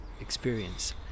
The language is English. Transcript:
experience